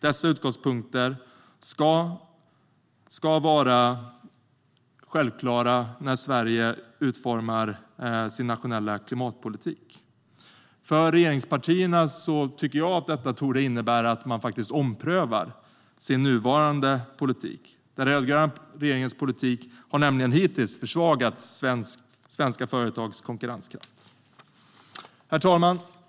Dessa utgångspunkter ska vara självklara när Sverige utformar sin nationella klimatpolitik. För regeringspartierna borde väl detta faktiskt innebära att man omprövar sin nuvarande politik. Den rödgröna regeringens politik har nämligen hittills försvagat svenska företags konkurrenskraft. Herr talman!